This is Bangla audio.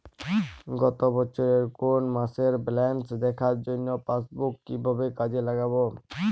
গত বছরের কোনো মাসের ব্যালেন্স দেখার জন্য পাসবুক কীভাবে কাজে লাগাব?